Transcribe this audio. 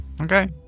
Okay